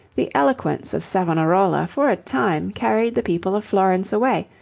the eloquence of savonarola for a time carried the people of florence away,